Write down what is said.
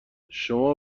شما